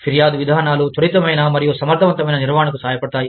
ఫిర్యాదు విధానాలు త్వరితమైన మరియు సమర్ధవంతమైన నిర్వహణకు సహాయపడతాయి